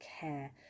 care